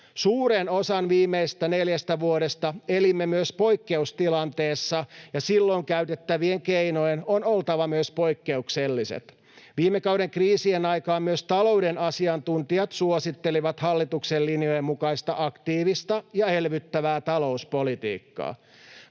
Suuren osan viimeisestä neljästä vuodesta elimme myös poikkeustilanteessa, ja silloin käytettävien keinojen on oltava myös poikkeukselliset. Viime kauden kriisien aikaan myös talouden asiantuntijat suosittelivat hallituksen linjojen mukaista aktiivista ja elvyttävää talouspolitiikkaa.